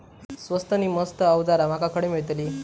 स्वस्त नी मस्त अवजारा माका खडे मिळतीत?